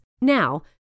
Now